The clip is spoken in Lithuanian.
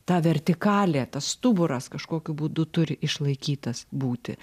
ta vertikalė tas stuburas kažkokiu būdu turi išlaikytas būti